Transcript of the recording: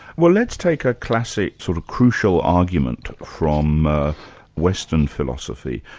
well, let's take a classic sort of crucial argument from western philosophy.